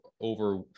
over